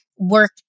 work